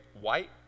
white